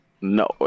no